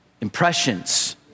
impressions